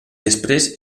després